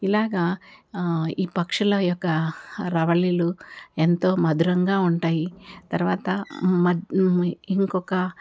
ఇలాగ ఈ పక్షుల యొక్క రవళిలు ఎంతో మధురంగా ఉంటాయి తర్వాత మద్ ఇంకొక కాలంలో కూ